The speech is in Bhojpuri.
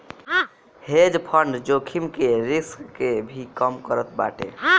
हेज फंड जोखिम के रिस्क के भी कम करत बाटे